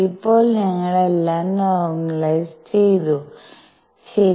ഇപ്പോൾ ഞങ്ങൾ എല്ലാം നോർമലൈസ് ചെയ്തു ശരി